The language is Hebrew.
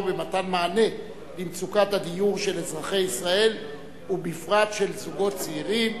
במתן מענה למצוקת הדיור של אזרחי ישראל ובפרט של הזוגות הצעירים.